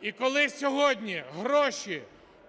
І коли сьогодні гроші